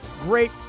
great